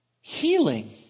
healing